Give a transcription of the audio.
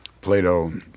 Plato